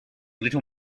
little